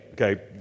Okay